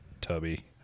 Tubby